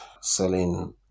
selling